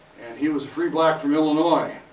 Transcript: and he was free black from illinois.